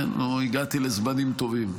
כן, נו, הגעתי לזמנים טובים.